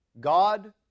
God